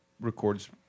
records